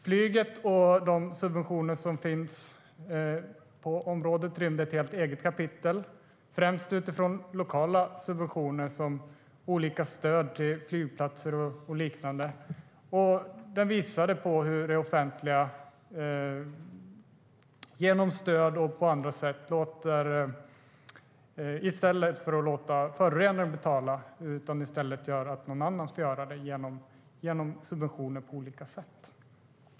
Flyget och de subventioner som finns på området rymde ett helt eget kapitel, främst utifrån lokala subventioner, som olika stöd till flygplatser och liknande. Den visade på hur det offentliga genom stöd och på andra sätt i stället för att låta förorenaren betala låter någon annan göra det genom subventioner på olika sätt.